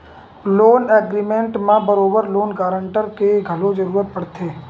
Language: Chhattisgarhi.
लोन एग्रीमेंट म बरोबर लोन गांरटर के घलो जरुरत पड़थे